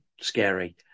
scary